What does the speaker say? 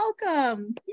welcome